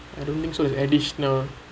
I don't think so it's additional